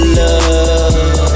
love